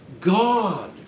God